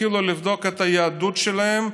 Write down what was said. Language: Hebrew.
יתחילו לבדוק את היהדות שלהם.